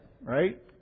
right